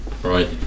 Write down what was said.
Right